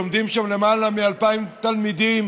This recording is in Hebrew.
לומדים שם למעלה מ-2,000 תלמידים